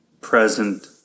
present